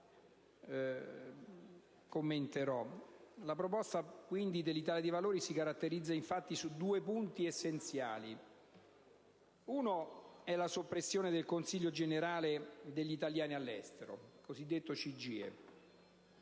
La proposta dell'Italia dei Valori si caratterizzava infatti per due punti essenziali: la soppressione del Consiglio generale degli italiani all'estero (CGIE);